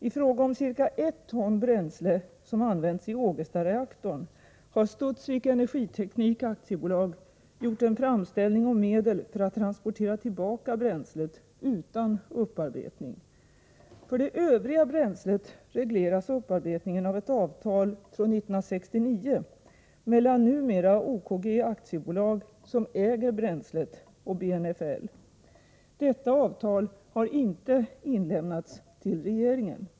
I fråga om ca ett ton bränsle, som använts i Ågestareaktorn, har Studsvik Energiteknik AB gjort en framställning om medel för att transportera tillbaka bränslet utan upparbetning. För det övriga bränslet regleras upparbetningen av ett avtal från 1969 mellan numera OKG Aktiebolag, som äger bränslet, och BNFL. Detta avtal har inte inlämnats till regeringen.